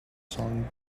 song